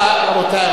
רבותי,